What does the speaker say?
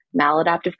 maladaptive